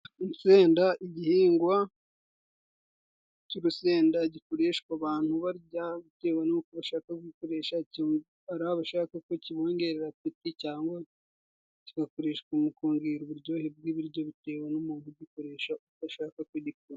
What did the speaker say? Urusenda, igihingwa cy'urusenda gikoreshwa abantu barya, bitewe n'uko bashaka gukoresha, cyangwa arabashaka ko kibongerera apeti ,cyangwa kigakoreshwa mu kongera uburyohe bw'ibiryo, bitewe n'umuntu ugikoresha uko shaka.